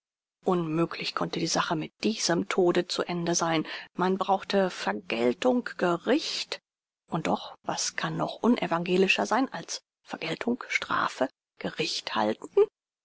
unmöglich konnte die sache mit diesem tode zu ende sein man brauchte vergeltung gericht und doch was kann noch unevangelischer sein als vergeltung strafe gericht halten